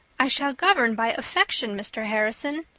i shall govern by affection, mr. harrison.